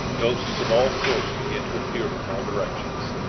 ghosts of all sorts began to appear from all directions.